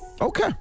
Okay